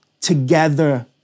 together